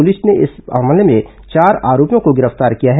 police ने इस मामले में चार आरोपियों को गिरफ्तार किया है